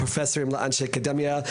לפרופסורים ואנשי אקדמיה.